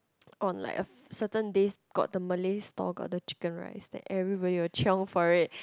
on like a certain days got the Malay stall got the chicken rice then everybody will chiong for it